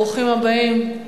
ברוכים הבאים.